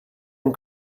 and